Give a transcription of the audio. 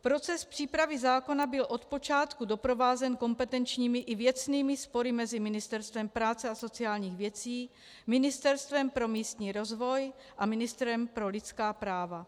Proces přípravy zákona byl od počátku doprovázen kompetenčními i věcnými spory mezi Ministerstvem práce a sociálních věcí, Ministerstvem pro místní rozvoj a ministrem pro lidská práva.